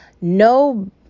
No